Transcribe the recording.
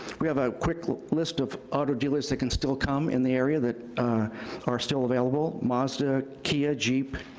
we have a quick list of auto dealers that can still come in the area that are still available. mazda, kia, jeep,